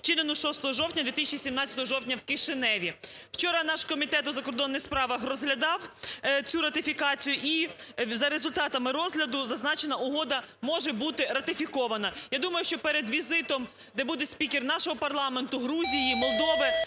Вчора наш Комітет у закордонних справах розглядав цю ратифікацію і за результатами розгляду зазначена угода може бути ратифікована. Я думаю, що перед візитом, де буде спікер нашого парламенту, Грузії, Молдови,